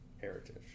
heritage